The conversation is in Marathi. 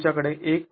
तुमच्याकडे १